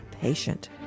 patient